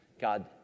God